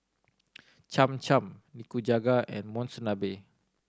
Cham Cham Nikujaga and Monsunabe